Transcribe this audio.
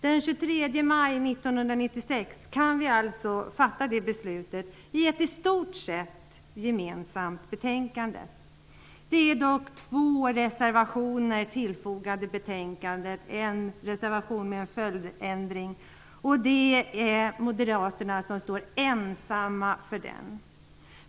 Den 23 maj 1996 kan vi alltså fatta det beslutet, i ett i stort sett gemensamt betänkande. Det är dock två reservationer fogade till betänkandet. En reservation gäller en följdändring, och det är Moderaterna ensamma som står för den.